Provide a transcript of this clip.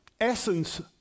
essence